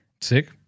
sick